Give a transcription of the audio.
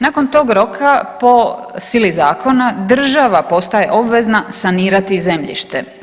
Nakon tog roka po sili zakona država postaje obvezna sanirati zemljište.